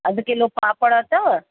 अधु किलो पापड़ अथव